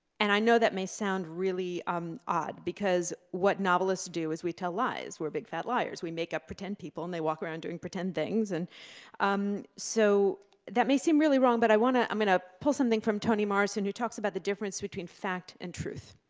and i know that may sound really, um, odd, because what novelists do is we tell lies, we're big fat liars, we make up pretend people and they walk around doing pretend things, and um so that may seem really wrong, but i want to i'm gonna pull something from toni morrison, who talks about the difference between fact and truth.